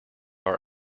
our